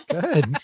Good